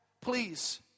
please